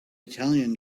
italian